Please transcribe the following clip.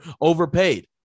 overpaid